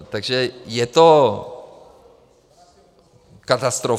Takže je to katastrofa.